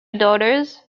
daughters